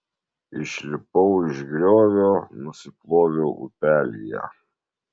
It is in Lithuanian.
išlipau iš griovio nusiploviau upelyje